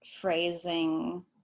phrasing